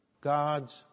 God's